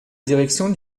direction